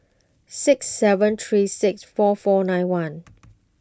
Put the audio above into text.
six seven three six four four nine one